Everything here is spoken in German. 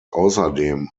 außerdem